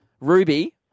Ruby